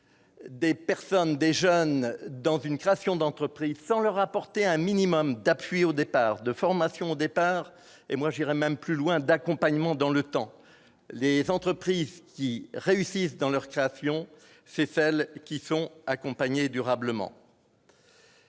des personnes, des jeunes, dans une création d'entreprise sans leur apporter un minimum d'appui et de formation au départ, mais aussi d'accompagnement dans le temps. Les entreprises qui réussissent sont celles qui sont accompagnées durablement